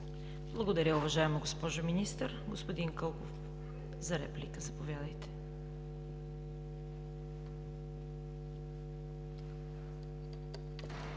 Благодаря, уважаема госпожо Министър. Господин Кълков – за реплика. Заповядайте.